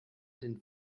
den